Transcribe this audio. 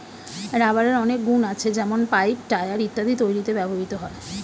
রাবারের অনেক গুন আছে যেমন পাইপ, টায়র ইত্যাদি তৈরিতে ব্যবহৃত হয়